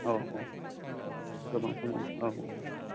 औ औ गोबां खम औ